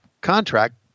contract